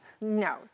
no